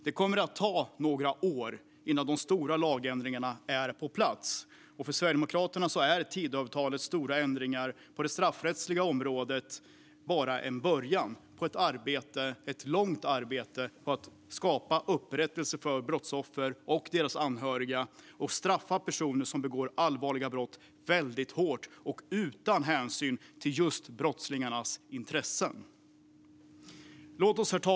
Det kommer att ta några år innan de stora lagändringarna är på plats. För Sverigedemokraterna är Tidöavtalets stora ändringar på det straffrättsliga området bara början på ett långt arbete för att skapa upprättelse för brottsoffer och deras anhöriga och straffa personer som begår allvarliga brott väldigt hårt utan hänsyn till just brottslingarnas intressen. Herr ålderspresident!